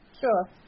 sure